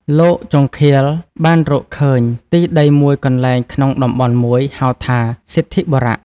លោកជង្ឃាល បានរកឃើញទីដីមួយកន្លែងក្នុងតំបន់មួយហៅថា សិទ្ធិបុរៈ